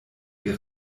die